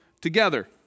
together